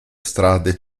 strade